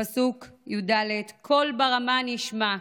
פסוק י"ד: "קול ברמה נשמע,